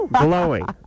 glowing